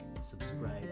subscribe